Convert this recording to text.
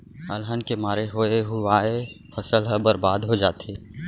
अलहन के मारे होवे हुवाए फसल ह बरबाद हो जाथे